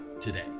today